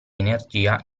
energia